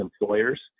employers